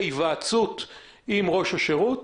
עובדה שאתם גזרתם הסדר מצמצם על פי ההבנה שזה מספק את הצורך.